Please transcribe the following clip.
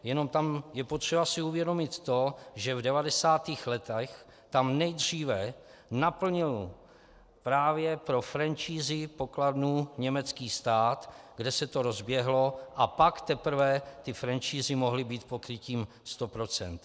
Jenom je potřeba si uvědomit, že v devadesátých letech tam nejdříve naplnil právě pro franšízy pokladnu německý stát, kde se to rozběhlo, a pak teprve franšízy mohly být pokrytím na sto procent.